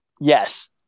Yes